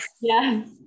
Yes